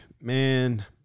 man